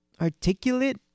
articulate